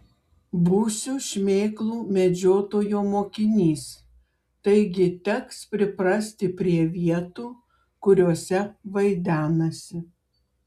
būsiu šmėklų medžiotojo mokinys taigi teks priprasti prie vietų kuriose vaidenasi